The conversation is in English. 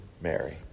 Mary